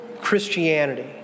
Christianity